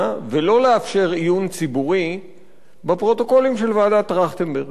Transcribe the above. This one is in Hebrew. ולא לאפשר עיון ציבורי בפרוטוקולים של ועדת-טרכטנברג,